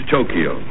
Tokyo